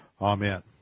Amen